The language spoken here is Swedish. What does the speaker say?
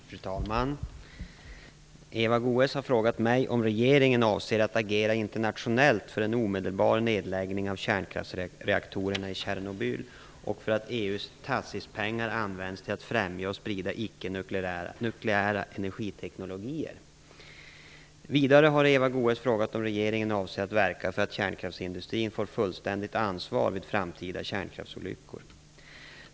Fru talman! Eva Goës har frågat mig om regeringen avser att agera internationellt för en omedelbar nedläggning av kärnkraftsreaktorerna i Tjernobyl och för att EU:s TACIS-pengar används till att främja och sprida icke-nukleära energiteknologier. Vidare har Eva Goës frågat om regeringen avser att verka för att kärnkraftsindustrin får fullständigt ansvar vid framtida kärnkraftsolyckor.